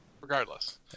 regardless